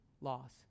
loss